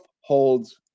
holds